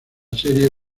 serie